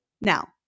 Now